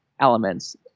elements